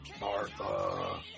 Martha